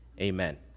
Amen